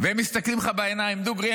והם מסתכלים לך בעיניים דוגרי,